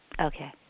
Okay